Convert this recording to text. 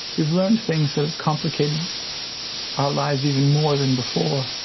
we've learned things that have complicated our lives even more than before.